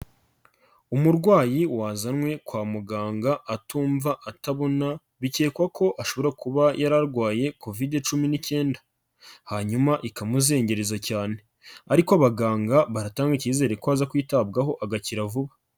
Umurwayi wazanwe kwa muganga atumva, atabona bikekwa ko ashobora kuba yararwaye Covid19 hanyuma ikamuzengereza cyane ariko abaganga baratanga icyizere ko aza kwitabwaho agakira vuba.